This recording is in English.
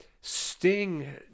Sting